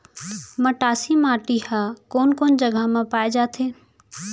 मटासी माटी हा कोन कोन जगह मा पाये जाथे?